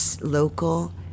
local